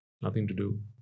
nothing-to-do